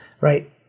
right